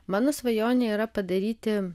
mano svajonė yra padaryti